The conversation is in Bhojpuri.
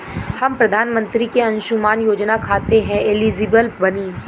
हम प्रधानमंत्री के अंशुमान योजना खाते हैं एलिजिबल बनी?